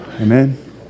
Amen